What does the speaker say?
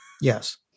Yes